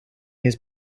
his